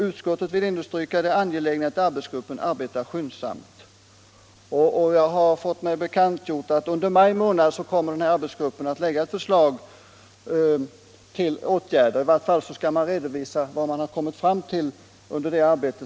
Utskottet vill understryka det angelägna i att arbetsgruppen arbetar skyndsamt.” Jag har mig bekant att denna arbetsgrupp under maj månad kommer att lägga fram förslag till åtgärder; eller i varje fall skall gruppen redovisa vad man kommit fram till under sitt arbete.